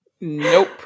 Nope